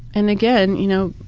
and again, you know,